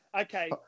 Okay